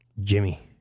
Jimmy